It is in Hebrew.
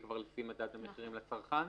יהיה לפי מדד המחירים לצרכן?